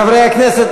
חברי הכנסת,